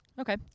Okay